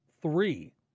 three